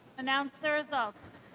announce the results.